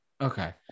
okay